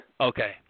Okay